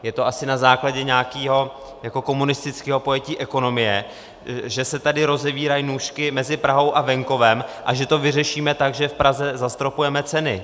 Je to asi na základě nějakého komunistického pojetí ekonomie, že se tady rozevírají nůžky mezi Prahou a venkovem a že to vyřešíme tak, že v Praze zastropujeme ceny.